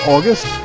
August